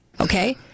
Okay